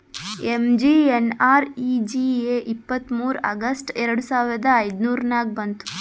MGNREGA ಇಪ್ಪತ್ತ್ಮೂರ್ August ಎರಡು ಸಾವಿರದ ಐಯ್ದುರ್ನಾಗ್ ಬಂತು